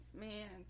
man